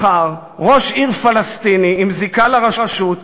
ראש עיר פלסטיני עם זיקה לרשות,